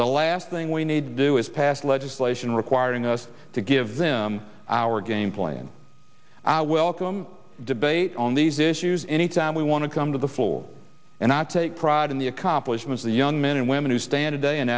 the last thing we need to do is pass legislation requiring us to give them our game plan i welcome debate on these issues choose any time we want to come to the full and i take pride in the accomplishment of the young men and women who stand a day in